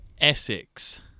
Essex